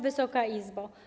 Wysoka Izbo!